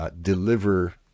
Deliver